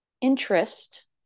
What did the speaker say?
interest